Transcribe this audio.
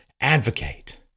advocate